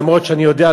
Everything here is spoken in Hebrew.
למרות שאני יודע,